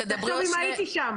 תחשוב מה היה קורה אם הייתי שם.